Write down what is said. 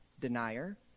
denier